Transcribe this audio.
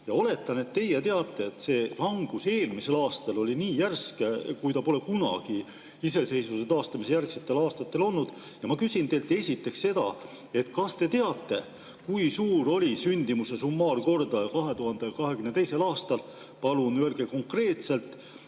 Oletan, et teie teate, et see langus eelmisel aastal oli nii järsk, kui ta pole kunagi iseseisvuse taastamise järgsetel aastatel olnud. Ja ma küsin teilt esiteks seda, kas te teate, kui suur oli sündimuse summaarkordaja 2022. aastal. Palun öelge konkreetselt!